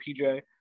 pj